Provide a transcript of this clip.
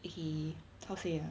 how to say ah